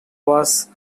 was